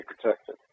protected